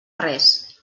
res